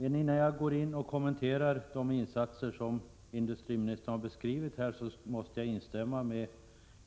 Men innan jag börjar kommentera de insatser som industriministern har beskrivit här i dag, vill jag instämma i